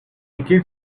kid